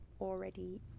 already